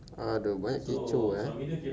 !aduh! banyak kecoh eh